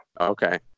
Okay